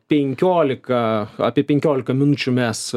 penkiolika apie penkiolika minučių mes